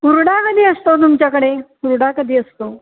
हुरडा कधी असतो तुमच्याकडे हुरडा कधी असतो